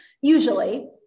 usually